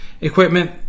equipment